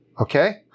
Okay